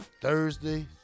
Thursday